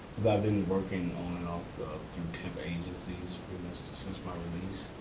been working on and off through temp. agencies since my release,